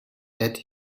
that